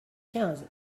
quinze